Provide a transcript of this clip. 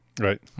Right